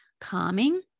calming